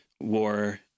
war